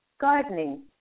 gardening